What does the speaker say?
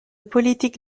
politique